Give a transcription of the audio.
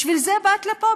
בשביל זה באת לפה?